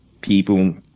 People